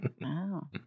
Wow